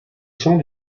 chant